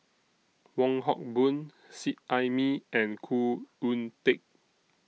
Wong Hock Boon Seet Ai Mee and Khoo Oon Teik